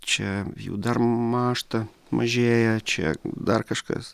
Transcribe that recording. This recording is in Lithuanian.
čia jų dar mąžta mažėja čia dar kažkas